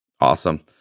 Awesome